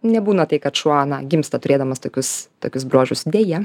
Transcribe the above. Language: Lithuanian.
nebūna tai kad šuo gimsta turėdamas tokius tokius bruožus deja